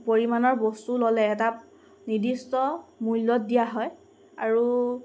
পৰিমাণৰ বস্তু ল'লে এটা নিৰ্দিষ্ট মূল্যত দিয়া হয় আৰু